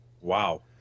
Wow